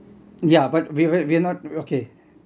yeah but we will we're not okay